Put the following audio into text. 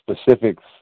specifics